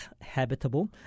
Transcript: habitable